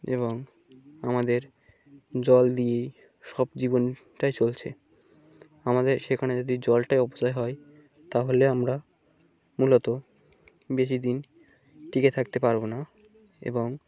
এবং আমাদের জল দিয়েই সব জীবনটাই চলছে আমাদের সেখানে যদি জলটাই অপচয় হয় তাহলে আমরা মূলত বেশি দিন টিকে থাকতে পারবো না এবং